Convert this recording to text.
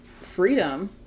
freedom